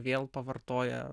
vėl pavartoja